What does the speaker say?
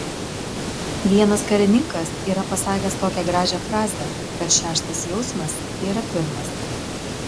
vienas karininkas yra pasakęs tokią gražią frazę kad šeštas jausmas yra pirmas